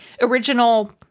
original